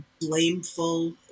blameful